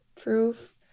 proof